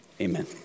amen